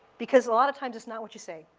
because a lot of times, it's not what you say.